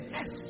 Yes